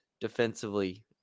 defensively